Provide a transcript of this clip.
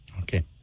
Okay